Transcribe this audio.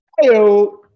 Hello